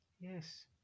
Yes